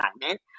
assignment